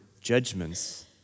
judgments